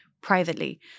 privately